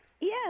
Yes